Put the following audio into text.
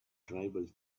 tribal